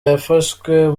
yafashwe